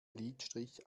lidstrich